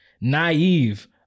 naive